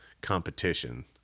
competition